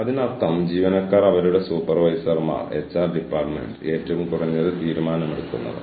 ഒപ്പം നിങ്ങളുടെ immediate supervisor പറയുന്നു ഫ്ലെക്സിബിൾ സമയം ഓക്കേ ആണ് കൂടാതെ ഈ വിശദാംശങ്ങൾ നിങ്ങൾക്ക് നൽകുന്നുമില്ല